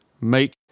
make